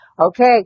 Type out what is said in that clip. okay